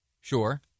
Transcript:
Sure